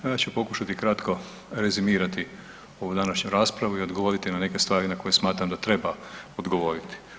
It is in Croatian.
Ja ću pokušati kratko rezimirati ovu današnju raspravu i odgovoriti na neke stvari na koje smatram da treba odgovoriti.